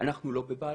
אנחנו גם מפעל